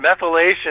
methylation